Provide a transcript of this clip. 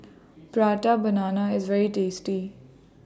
Prata Banana IS very tasty